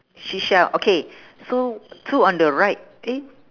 seashell okay so two on the right eh